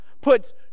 puts